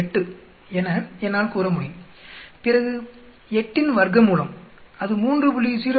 8 என என்னால் கூறமுடியும் பிறகு 8இன் வர்க்கமூலம் அது 3